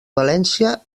valència